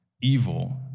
evil